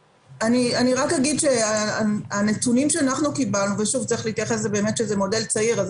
הנתונים שאנחנו קיבלנו וצריך להתייחס לזה שזה מודל צעיר אז